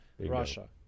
russia